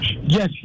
Yes